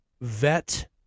vet